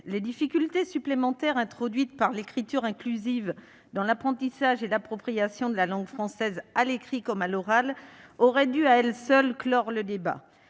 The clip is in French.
les difficultés supplémentaires introduites par l'écriture inclusive dans l'apprentissage et l'appropriation de la langue française, à l'écrit comme à l'oral, auraient dû, à elles seules, clore le débat.